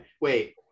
Wait